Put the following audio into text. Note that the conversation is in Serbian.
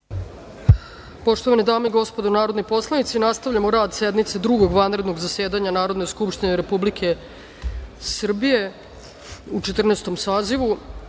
Poštovane dame i gospodo narodni poslanici, nastavljamo rad sednice Drugog vanrednog zasedanja Narodne skupštine Republike Srbije u Četrnaestom